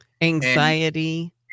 anxiety